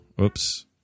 Oops